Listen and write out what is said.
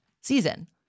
season